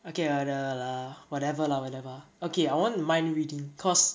okay lah la~ whatever lah whatever okay I want mind reading cause